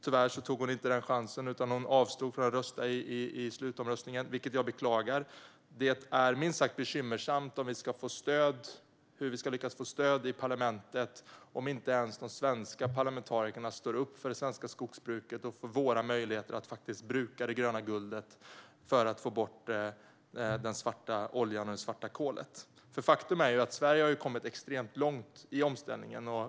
Hon tog tyvärr inte den chansen utan avstod från att rösta i slutomröstningen, vilket jag beklagar. Det är en minst sagt bekymmersam fråga hur vi ska lyckas få stöd i parlamentet om inte ens de svenska parlamentarikerna står upp för det svenska skogsbruket och för våra möjligheter att bruka det gröna guldet för att få bort den svarta oljan och det svarta kolet. Faktum är ju att Sverige har kommit extremt långt i omställningen.